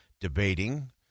debating